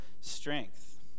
strength